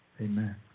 Amen